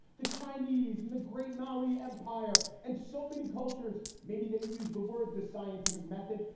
the chinese and the great mollee empire and so many cultures. maybe they didn't use the word the scientific method,